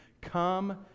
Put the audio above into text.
come